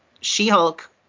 She-Hulk